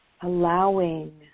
allowing